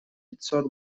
пятисот